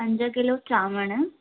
पंज किलो चांवर